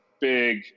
big